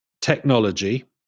technology